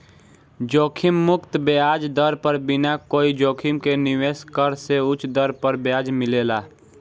जोखिम मुक्त ब्याज दर पर बिना कोई जोखिम के निवेश करे से उच दर पर ब्याज मिलेला